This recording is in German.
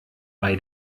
bei